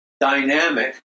dynamic